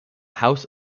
house